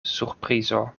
surprizo